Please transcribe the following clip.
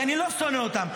-- כי אני לא שונא אותם.